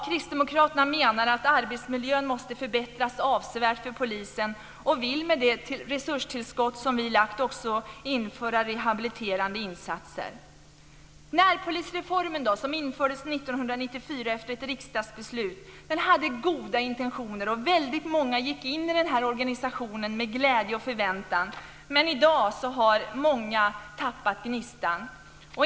Kristdemokraterna menar att arbetsmiljön måste förbättras avsevärt för polisen, och vi vill med de resurstillskott vi har lagt fram också införa rehabiliterande insatser. Närpolisreformen infördes 1994 efter ett riksdagsbeslut. Reformen hade goda intentioner, och många gick in i organisationen med glädje och förväntan. I dag har många tappat gnistan.